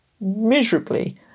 miserably